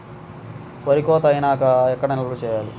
వరి కోత అయినాక ఎక్కడ నిల్వ చేయాలి?